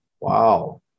Wow